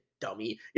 dummy